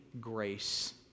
grace